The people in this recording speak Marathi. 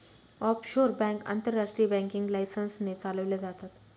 ऑफशोर बँक आंतरराष्ट्रीय बँकिंग लायसन्स ने चालवल्या जातात